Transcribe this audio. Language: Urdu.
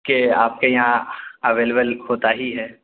کہ آپ کے یہاں اویلیبل ہوتا ہی ہے